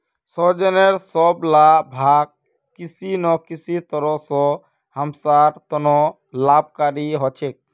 सहजनेर सब ला भाग किसी न किसी तरह स हमसार त न लाभकारी ह छेक